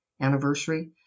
anniversary